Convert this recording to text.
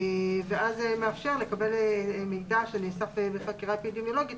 זה מאפשר לקבל מידע שנאסף בחקירה אפידמיולוגית